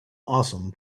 awesome